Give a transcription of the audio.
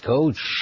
Coach